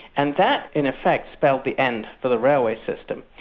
and that in effect spelt the end for the railway system,